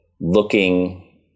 looking